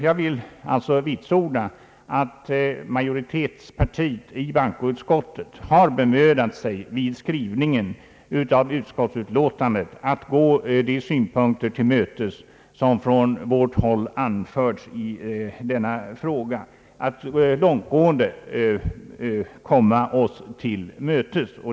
Jag vill alltså vitsorda att majoritetspartiet i bankoutskottet vid skrivningen av utskottsutlåtandet har bemödat sig att i stor utsträckning tillmötesgå de synpunkter som från vårt håll anförts i denna fråga.